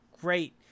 great